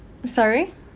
sorry